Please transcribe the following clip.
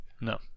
No